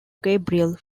gabriel